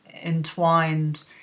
entwined